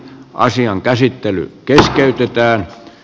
asian käsittely keskeytetään